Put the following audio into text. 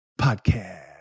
Podcast